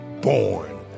born